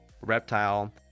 reptile